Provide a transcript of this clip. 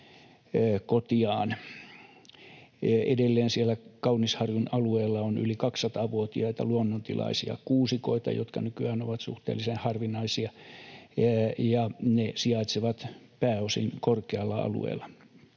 siellä Kaunisharjun alueella on yli 200-vuotiaita luonnontilaisia kuusikoita, jotka nykyään ovat suhteellisen harvinaisia, ja ne sijaitsevat pääosin korkealla alueella.